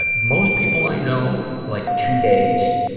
ah most people i know, like two days,